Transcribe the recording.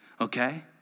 okay